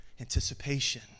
anticipation